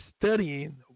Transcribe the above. studying